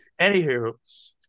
anywho